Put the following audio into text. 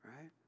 Right